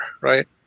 right